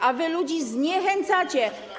A wy ludzi zniechęcacie.